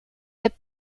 hebt